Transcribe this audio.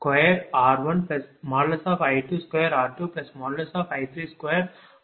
781